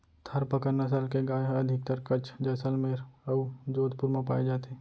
थारपकर नसल के गाय ह अधिकतर कच्छ, जैसलमेर अउ जोधपुर म पाए जाथे